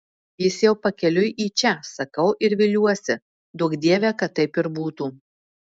jis jau pakeliui į čia sakau ir viliuosi duok dieve kad taip ir būtų